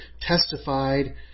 testified